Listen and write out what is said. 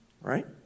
Right